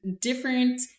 different